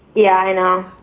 yeah, i know.